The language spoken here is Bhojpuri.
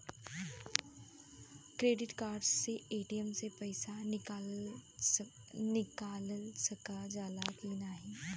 क्रेडिट कार्ड से ए.टी.एम से पइसा निकाल सकल जाला की नाहीं?